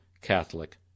Catholic